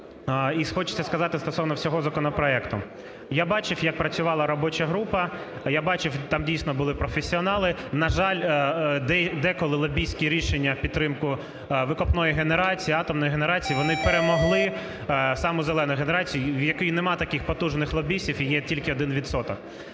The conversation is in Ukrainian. І хочеться сказати стосовно всього законопроекту. Я бачив, як працювала робоча група. Я бачив, там, дійсно, були професіонали. На жаль, деколи лобістські рішення в підтримку викопної генерації, атомної генерації – вони перемогли саме "зелену" генерацію, в якої немає таких потужних лобістів і є тільки 1